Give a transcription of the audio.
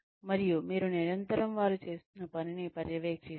మరియు మీరు నిరంతరం వారు చేస్తున్న పనిని పర్యవేక్షిస్తారు